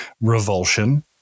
revulsion